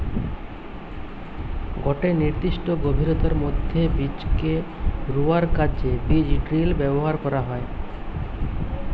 গটে নির্দিষ্ট গভীরতার মধ্যে বীজকে রুয়ার কাজে বীজড্রিল ব্যবহার করা হয়